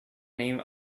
name